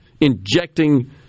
injecting